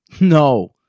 No